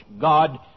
God